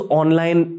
online